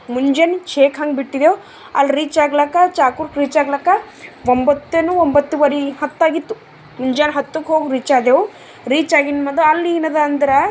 ಮುಂಜಾನೆ ಛೇಕ್ ಹಂಗೆ ಬಿಟ್ಟಿದೆವು ಅಲ್ಲಿ ರೀಚ್ಚಾಗ್ಲಾಕ ಚಾಕೂರ್ಕ ರೀಚಾಗ್ಲಾಕ ಒಂಬತ್ತೇನೋ ಒಂಬತ್ತುವರೆ ಹತ್ತಾಗಿತ್ತು ಮುಂಜಾನೆ ಹತ್ತುಕ್ಕೆ ಹೋಗಿ ರೀಚ್ ಆದೆವು ರೀಚಾಗಿನ ಬಾದು ಅಲ್ಲೇನದ ಅಂದ್ರೆ